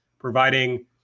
providing